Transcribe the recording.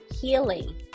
healing